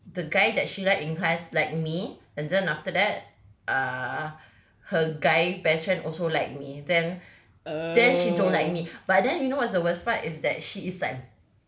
the guy that she liked in class like me and then after that err her guy best friend also like me then then she don't like me but then you know what's the worst part is that she is like